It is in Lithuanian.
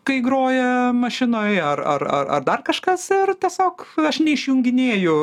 kai groja mašinoj ar ar ar dar kažkas ir tiesiog aš neišjunginėju